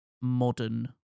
modern